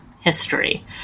history